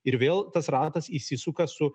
ir vėl tas ratas įsisuka su